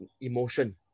emotion